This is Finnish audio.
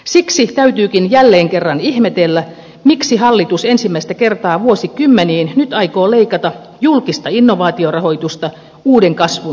siksi täytyykin jälkeen kerran ihmetellä miksi hallitus ensimmäistä kertaa vuosikymmeniin nyt aikoo leikata julkista innovaatiorahoitusta uuden kasvun voimavaroja